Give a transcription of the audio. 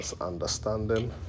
understanding